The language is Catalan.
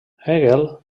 hegel